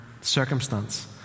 circumstance